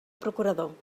procurador